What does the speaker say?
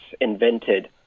invented